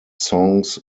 songs